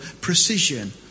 precision